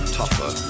tougher